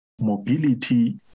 mobility